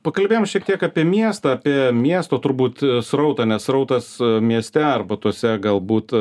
pakalbėjom šiek tiek apie miestą apie miesto turbūt srautą nes srautas mieste arba tose galbūt